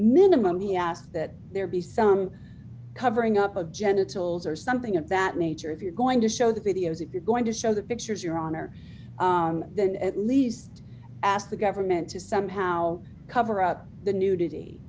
minimum he asked that there be some covering up of genitals or something of that nature if you're going to show the videos if you're going to show the pictures your honor then at least asked the government to somehow cover up the nudity